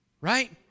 right